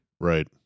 Right